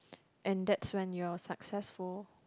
and that's when you're successful